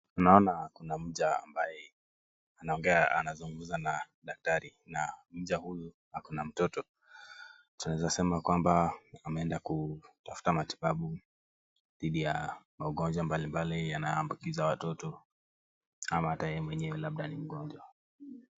Naona kuna mja ambaye anaongea, anazungumza na daktari, na mja huyu ako na mtoto. Tunaweza sema kwamba ameenda kutafuta matibabu, dhidi ya ugonjwa mbalimbali yanayoambukiza watoto. Ama hata yeye mwenyewe labda ni mgonjwa.